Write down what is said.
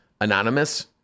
anonymous